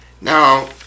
now